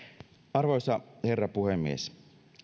arvoisa herra puhemies